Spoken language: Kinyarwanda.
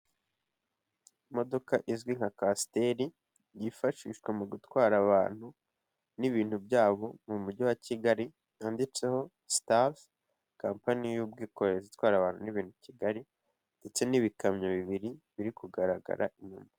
Imodoka izwi kwasiteri yifashishwa mu gutwara abantu n'ibintu byabo mu mujyi wa Kigali, yanditseho sitari compani y'ubwikorezi itwara abantu n'ibintu Kigali ndetse n'ibikamyo bibiri biri kugaragara inyuma.